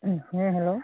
ᱦᱮᱸ ᱦᱮᱞᱳ